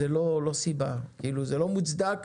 זאת לא סיבה, זה לא מוצדק.